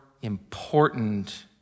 Important